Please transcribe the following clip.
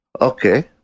Okay